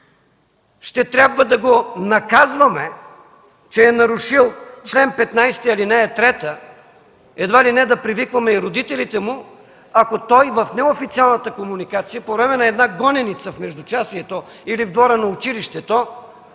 ще трябва да го наказваме, че е нарушило чл. 15, ал. 3, едва ли не да привикваме и родителите му, ако той в неофициалната комуникация, по време на една гоненица в междучасието или в двора на училището,